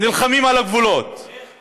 נלחמים על הגבולות, איך?